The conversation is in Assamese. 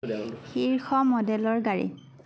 শীৰ্ষ মডেলৰ গাড়ী